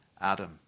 Adam